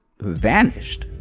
vanished